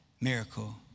miracle